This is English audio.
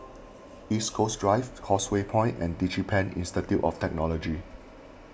East Coast Drive Causeway Point and DigiPen Institute of Technology